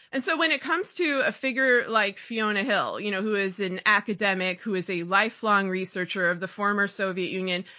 and so when it comes to a figure like fiona hill, you know who is an academic, who is a lifelong researcher of the former soviet union,